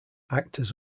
actors